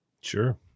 sure